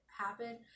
happen